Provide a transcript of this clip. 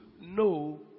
No